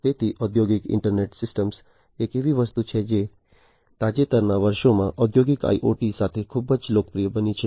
તેથી ઔદ્યોગિક internet systems એક એવી વસ્તુ છે જે તાજેતરના વર્ષોમાં ઔદ્યોગિક IoT સાથે ખૂબ જ લોકપ્રિય બની છે